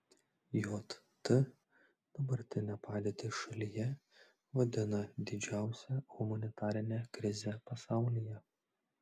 jt dabartinę padėtį šalyje vadina didžiausia humanitarine krize pasaulyje